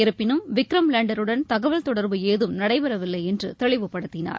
இருப்பினும் விக்ரம் லேண்டருடன் தகவல் தொடர்பு ஏதும் நடைபெறவில்லை என்று தெளிவுப்படுத்தினார்